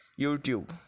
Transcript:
YouTube